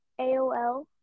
Aol